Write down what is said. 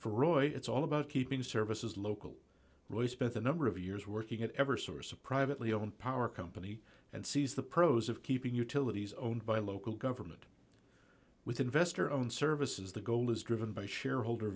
for roy it's all about keeping services local respect the number of years working at ever source of privately owned power company and sees the pros of keeping utilities owned by local government with investor owned services the goal is driven by shareholder